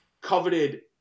coveted